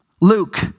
Luke